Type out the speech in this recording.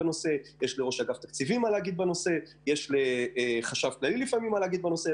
יש לראש אג"ת מה להגיד וצריך להתחשב בדעת כולם,